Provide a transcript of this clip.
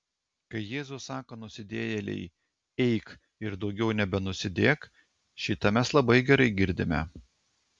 kai jėzus sako nusidėjėlei eik ir daugiau nebenusidėk šitą mes labai gerai girdime